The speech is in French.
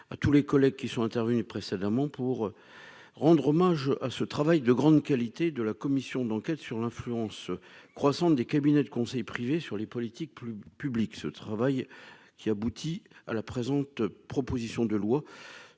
à tous les collègues qui sont intervenues précédemment pour rendre hommage à ce travail de grande qualité, de la commission d'enquête sur l'influence croissante des cabinets de conseil privés sur les politiques plus public ce travail qui aboutit à la présente proposition de loi